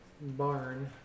barn